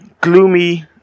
gloomy